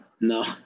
no